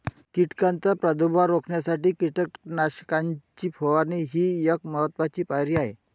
कीटकांचा प्रादुर्भाव रोखण्यासाठी कीटकनाशकांची फवारणी ही एक महत्त्वाची पायरी आहे